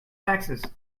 taxes